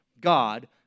God